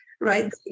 right